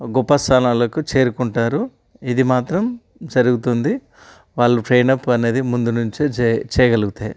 గొప్ప స్థానాలకు చేరుకుంటారు ఇది మాత్రం జరుగుతుంది వాళ్ళ ట్రైనప్ అనేది ముందు నుంచే చెయ్ చేయగలిగితే